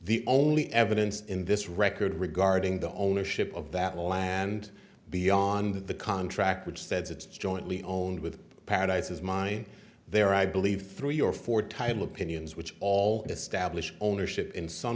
the only evidence in this record regarding the ownership of that land beyond the contract which says it's jointly own with paradises mine there i believe three or four title opinions which all establish ownership in s